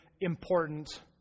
important